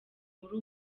muri